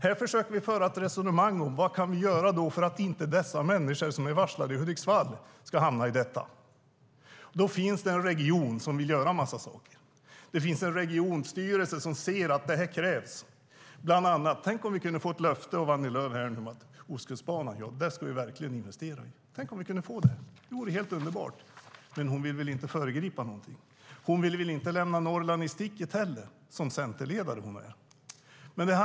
Här försöker vi föra ett resonemang om vad vi kan göra för att inte de människor som är varslade i Hudiksvall ska hamna i detta. Då finns det en region som vill göra en massa saker. Det finns en regionstyrelse som ser att det här krävs. Tänk om vi nu kunde få ett löfte av Annie Lööf om att man verkligen ska investera i Ostkustbanan. Tänk om vi kunde få det. Det vore helt underbart. Men hon vill väl inte föregripa någonting. Hon vill väl inte lämna Norrland i sticket heller, som den centerledare hon är.